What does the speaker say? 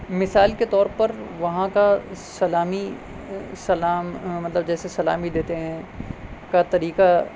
مثال کے طور پر وہاں کا سلامی سلام مطلب جیسے سلامی دیتے ہیں کا طریقہ